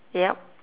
yup